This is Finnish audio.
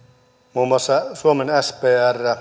muun muassa spr